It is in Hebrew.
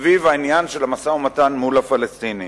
סביב העניין של המשא-ומתן מול הפלסטינים.